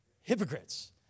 Hypocrites